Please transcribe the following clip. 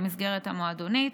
במסגרת המועדונית.